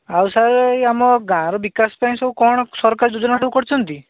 ଆଉ ସାର୍ ଏଇ ଆମ ଗାଁ'ର ବିକାଶ ପାଇଁ ସବୁ କ'ଣ ସରକାର ଯୋଜନା ସବୁ କରିଛନ୍ତି